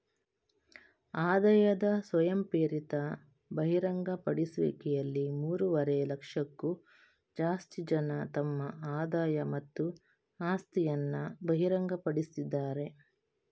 ಆದಾಯದ ಸ್ವಯಂಪ್ರೇರಿತ ಬಹಿರಂಗಪಡಿಸುವಿಕೆಯಲ್ಲಿ ಮೂರುವರೆ ಲಕ್ಷಕ್ಕೂ ಜಾಸ್ತಿ ಜನ ತಮ್ಮ ಆದಾಯ ಮತ್ತು ಆಸ್ತಿಯನ್ನ ಬಹಿರಂಗಪಡಿಸಿದ್ದಾರೆ